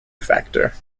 factor